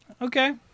Okay